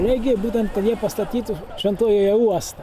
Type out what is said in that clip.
legiją būtent kad jie pastatytų šventojoje uostą